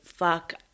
fuck